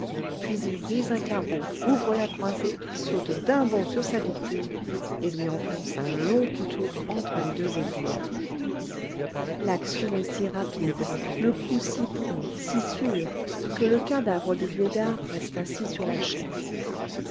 puis il brise un carreau ouvre la croisée saute d'un bond sur sa victime et lui enfonce un long couteau entre les deux épaules l'action est si rapide le coup si prompt si sûr que le cadavre du vieillard reste assis sur la chaise